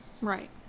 Right